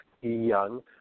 young